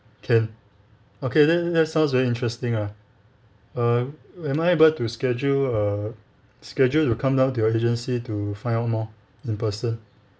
can okay then that sounds very interesting ah err am I able to schedule err schedule to come down to your agency to find out more in person